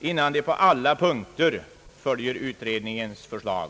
innan den på alla punkter följer utredningens förslag.